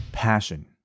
passion